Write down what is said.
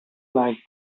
like